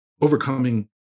overcoming